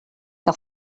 que